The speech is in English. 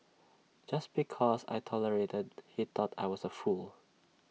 just because I tolerated he thought I was A fool